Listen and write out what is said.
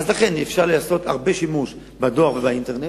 אפשר לעשות שימוש רב בדואר ובאינטרנט.